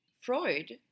Freud